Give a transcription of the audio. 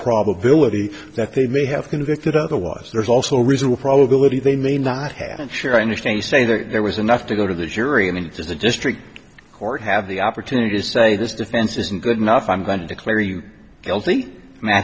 probability that they may have convicted otherwise there's also reasonable probability they may not have been sure i understand you say there was enough to go to the jury and to the district court have the opportunity to say this defense isn't good enough i'm going to declare you guilty and i